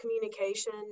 communication